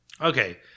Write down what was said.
Okay